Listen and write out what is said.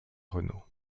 renaud